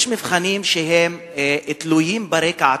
יש מבחנים שהם תלויים ברקע התרבותי.